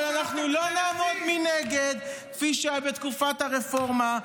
אבל אנחנו לא נעמוד מנגד כפי שהיה בתקופת הרפורמה,